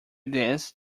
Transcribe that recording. this